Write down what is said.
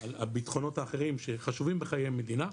על הבטחונות האחרים שחשובים בחיי המדינה,